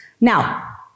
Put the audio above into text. Now